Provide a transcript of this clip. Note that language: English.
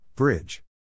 Bridge